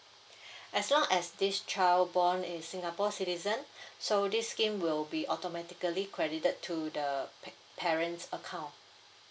as long as this child born in singapore citizen so this scheme will be automatically credited to the pa~ parent's account